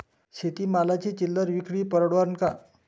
शेती मालाची चिल्लर विक्री परवडन का?